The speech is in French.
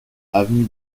avenue